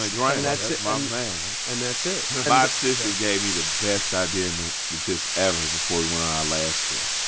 the grind. that's my man, man and that's it my sister gave me the best idea in the just ever before we went on our last tour.